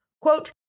Quote